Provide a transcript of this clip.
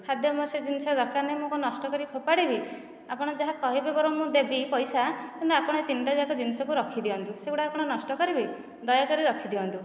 ଖାଦ୍ୟ ମୋର ସେ ଜିନିଷ ଦରକାର ନାହିଁ ମୁଁ କ'ଣ ନଷ୍ଟ କରିବି ଫୋପାଡ଼ିବି ଆପଣ ଯାହା କହିବେ ବରଂ ମୁଁ ଦେବି ପଇସା କିନ୍ତୁ ଆପଣ ଏ ତିନିଟା ଯାକ ଜିନିଷକୁ ରଖିଦିଅନ୍ତୁ ସେଗୁଡ଼ାକ କ'ଣ ନଷ୍ଟ କରିବି ଦୟାକରି ରଖିଦିଅନ୍ତୁ